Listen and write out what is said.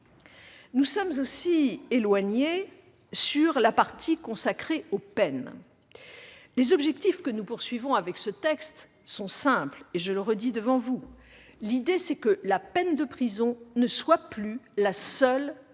nous sommes, en outre, éloignés sur la partie consacrée aux peines. Les objectifs que nous poursuivons avec ce texte sont simples. Je le redis devant vous, l'idée, c'est que la peine de prison ne soit plus la seule peine